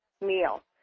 meal